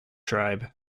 tribe